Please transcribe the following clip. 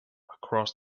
across